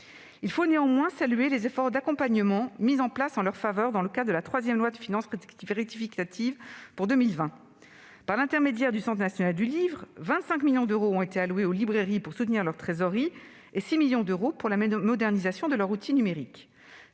Il faut néanmoins saluer les efforts d'accompagnement mis en place en leur faveur dans le cadre de la troisième loi de finances rectificative pour 2020 : par l'intermédiaire du Centre national du livre, 25 millions d'euros ont été alloués aux librairies pour soutenir leur trésorerie et 6 millions d'euros pour la modernisation de leur outil numérique.